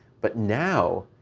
but now,